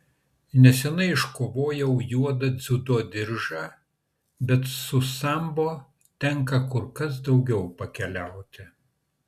neseniai iškovojau juodą dziudo diržą bet su sambo tenka kur kas daugiau pakeliauti